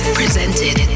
presented